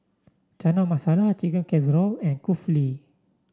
Chana Masala Chicken Casserole and Kulfi